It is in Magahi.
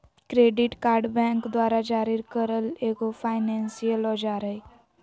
क्रेडिट कार्ड बैंक द्वारा जारी करल एगो फायनेंसियल औजार हइ